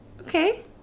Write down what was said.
Okay